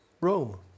Rome